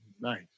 nice